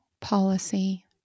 policy